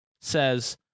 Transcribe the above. says